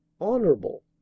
honorable